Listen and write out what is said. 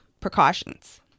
precautions